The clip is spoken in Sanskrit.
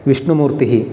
विष्णुमूर्तिः